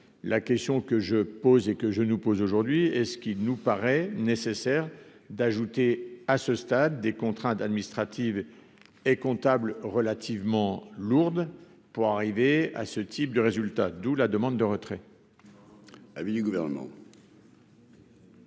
la question que je pose et que je ne nous pose aujourd'hui et ce qui nous paraît nécessaire d'ajouter à ce stade des contraintes administratives et comptables relativement lourde pour arriver à ce type de résultats, d'où la demande de retrait.